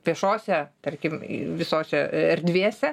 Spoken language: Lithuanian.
viešose tarkim visose erdvėse